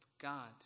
God